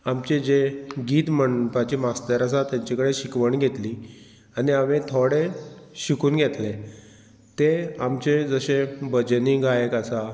आमचें जें गीत म्हणपाचे मास्तर आसा ताचें कडेन शिकवण घेतली आनी हांवें थोडें शिकून घेतलें तें आमचे जशे भजनी गायक आसा